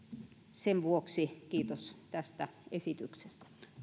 sen vuoksi kiitos tästä esityksestä